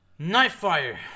Nightfire